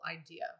idea